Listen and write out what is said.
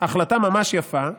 החלטה ממש יפה,